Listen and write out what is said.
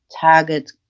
target